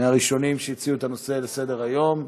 מהראשונים שהציעו את הנושא לסדר-היום,